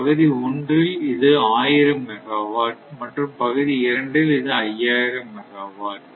பகுதி ஒன்றில் இது 1000 மெகாவாட் மற்றும் பகுதி இரண்டில் இது 5000 மெகாவாட்